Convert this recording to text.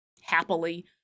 happily